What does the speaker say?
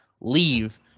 leave